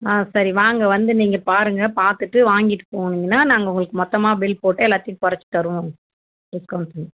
ஆ சரி வாங்க வந்து நீங்கள் பாருங்க பார்த்துட்டு வாங்கிட்டுப் போனீங்கன்னா நாங்கள் உங்களுக்கு மொத்தமாக பில் போட்டு எல்லாத்தையும் குறச்சு தருவோங்க டிஸ்கௌண்ட்டு